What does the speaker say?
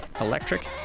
electric